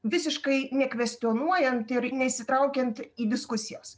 visiškai nekvestionuojant ir neįsitraukiant į diskusijas